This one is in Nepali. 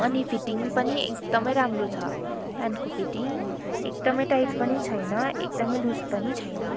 अनि फिटिङ पनि एकदमै राम्रो छ प्यान्टको फिटिङ एकदमै टाइट पनि छैन एकदमै लुज पनि छैन